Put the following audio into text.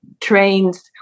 trains